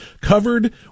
covered